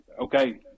okay